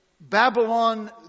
Babylon